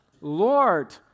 Lord